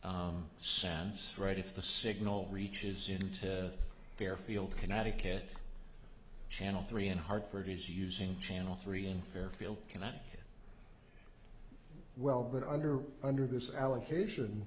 sounds right if the signal reaches into fairfield connecticut channel three in hartford is using channel three in fairfield connecticut well but under under this allocation